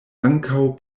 ankaŭ